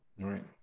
right